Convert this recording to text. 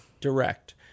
direct